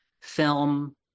film